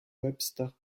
webster